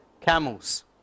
camels